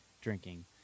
drinking